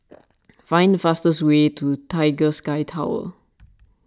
find the fastest way to Tiger Sky Tower